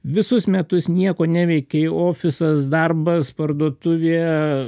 visus metus nieko neveikei ofisas darbas parduotuvė